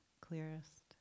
clearest